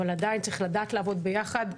אבל עדיין צריך לעבוד ביחד.